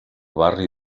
barri